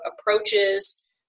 approaches